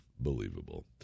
Believable